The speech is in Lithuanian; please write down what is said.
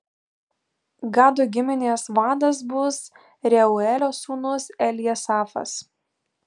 gado giminės vadas bus reuelio sūnus eljasafas